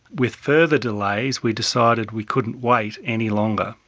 with further delays we decided we couldn't wait any longer,